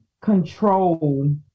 control